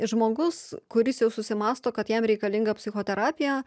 žmogus kuris jau susimąsto kad jam reikalinga psichoterapija